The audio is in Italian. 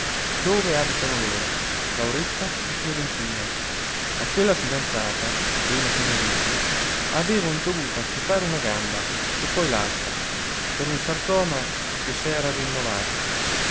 dove abitano loro lauretta e clementina a quella fidanzata prima che morisse avevan dovuto amputare una gamba e poi l'altra per un sarcoma che s'era rinnovato